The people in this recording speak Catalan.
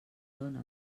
dóna